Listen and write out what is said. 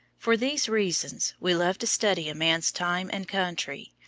for these reasons we love to study a man's time and country,